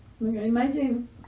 Imagine